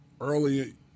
early